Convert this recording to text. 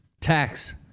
Tax